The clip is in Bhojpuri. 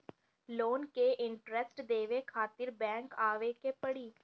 लोन के इन्टरेस्ट देवे खातिर बैंक आवे के पड़ी?